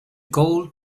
gold